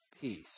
peace